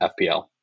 FPL